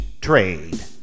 trade